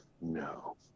no